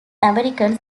americans